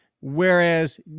whereas